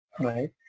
right